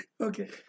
Okay